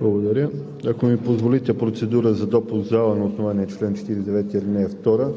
Благодаря. Ако ми позволите, процедура за допуск в залата – на основание чл. 49, ал. 2,